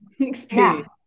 experience